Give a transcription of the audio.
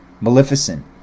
Maleficent